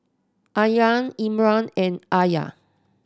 Aryan Imran and Alya